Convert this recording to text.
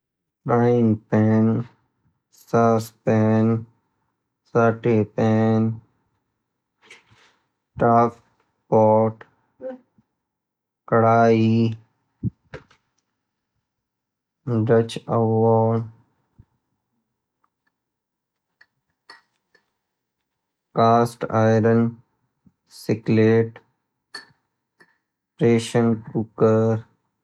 फ्रिंग pan, sauce pan ,saute pan ,stock pot ,kadai ,Dutch अवार्ड cast iron skillet pressure cooker